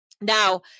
Now